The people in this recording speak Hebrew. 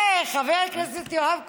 יפה, חבר הכנסת יואב קיש.